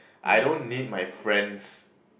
I don't need my friends